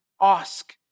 ask